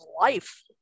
life